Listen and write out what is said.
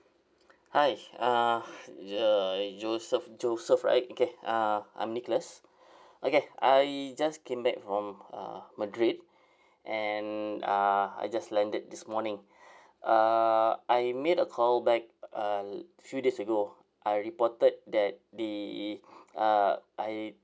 hi uh uh joseph joseph right okay uh I'm nicholas okay I just came back from uh madrid and uh I just landed this morning uh I made a call back uh few days ago I reported that the uh I